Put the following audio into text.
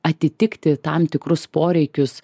atitikti tam tikrus poreikius